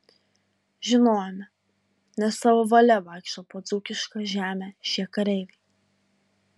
žinojome ne savo valia vaikšto po dzūkišką žemę šie kareiviai